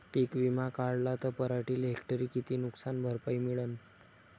पीक विमा काढला त पराटीले हेक्टरी किती नुकसान भरपाई मिळीनं?